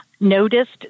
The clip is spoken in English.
noticed